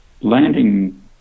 landing